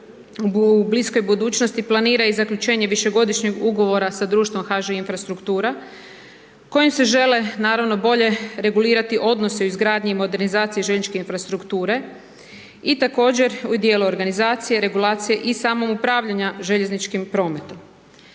u bliskoj budućnosti planira i zaključenje višegodišnjeg ugovora sa društvom HŽ Infrastruktura, kojim se žele naravno bolje regulirati odnosi o izgradnji i modernizaciji željezničke infrastrukture i također u dijelu organizacije, regulacije i samog upravljanja željezničkim prometom.